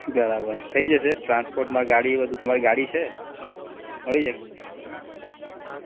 બરાબર થઈ જશે ટ્રાન્સપોર્ટમાં ગાડી બધું તમારે ગાડી છે મળી જાય